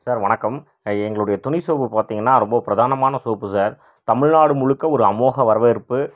sir வணக்கம் எங்களுடைய துணி சோப்பு பார்த்திங்கன்னா ரொம்ப பிரதானமான சோப்பு சார் தமிழ்நாடு முழுக்க ஒரு அமோக வரவேற்பு